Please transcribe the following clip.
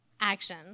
Action